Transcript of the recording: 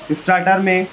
starter میں